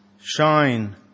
shine